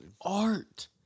art